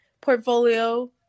portfolio